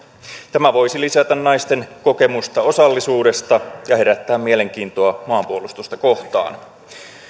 tämä voisi lisätä naisten kokemusta osallisuudesta ja herättää mielenkiintoa maanpuolustusta kohtaan